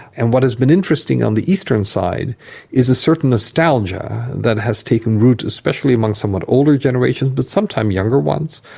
and what has been interesting on the eastern side is a certain nostalgia that has taken root, especially among somewhat older generations but sometimes younger ones,